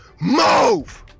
Move